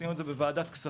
עשינו את זה בוועדת כספים,